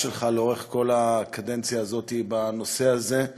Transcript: שלך לאורך כל הקדנציה הזאת בנושא הזה.